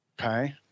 Okay